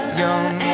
young